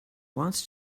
wants